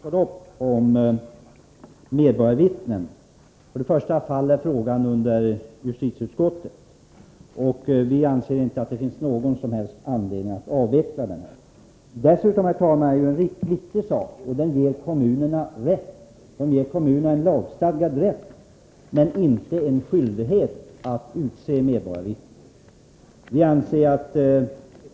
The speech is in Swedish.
Herr talman! Helt kort beträffande den fråga som Kjell Mattsson tog upp om medborgarvittnen: Först och främst faller frågan under justitieutskottet. Vi anser inte att det finns någon som helst anledning att avveckla denna verksamhet. Dessutom — och det är viktigt — ges kommunerna en lagstadgad rätt men inte en skyldighet att utse medborgarvittnen.